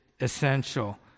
essential